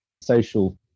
social